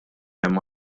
hemm